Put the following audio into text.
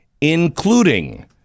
including